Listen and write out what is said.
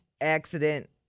accident